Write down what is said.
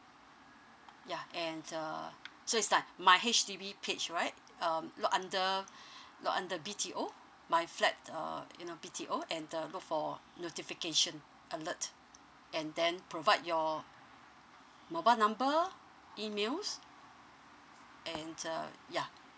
yeah and uh so is like my H_D_B page right um look under look under B_T_O my flat uh you know B_T_O and uh look for notification alert and then provide your mobile number emails and uh yeah